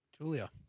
Julia